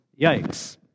Yikes